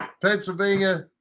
Pennsylvania